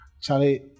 Charlie